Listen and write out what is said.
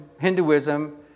Hinduism